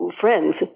friends